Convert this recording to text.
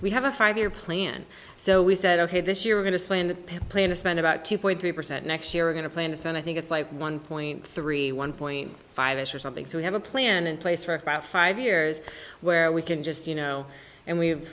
we have a five year plan so we said ok this year we're going to spend a penny plan to spend about two point three percent next year we're going to play in the sand i think it's like one point three one point five x or something so we have a plan in place for about five years where we can just you know and we've